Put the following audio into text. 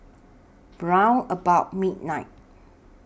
about midnight